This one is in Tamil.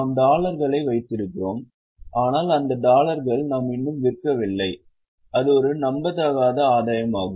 நாம் டாலர்களை வைத்திருக்கிறோம் ஆனால் அந்த டாலர்களை நாம் இன்னும் விற்கவில்லை அது ஒரு நம்பத்தகாத ஆதாயமாகும்